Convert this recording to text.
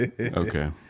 Okay